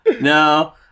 no